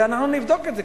ואנחנו נבדוק את זה,